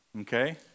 Okay